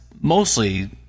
Mostly